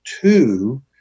two